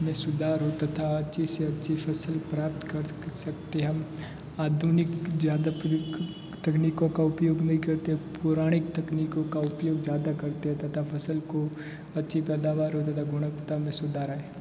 में सुधार हो तथा अच्छी से अच्छी फसल प्राप्त कर सकते हम आधुनिक ज्यादा प्रयोग तकनीको का उपयोग नहीं करते पौराणिक तकनीको का उपयोग ज़्यादा करते हैं तथा फसल को अच्छी पैदावार हो तथा गुणवत्ता में सुधार आए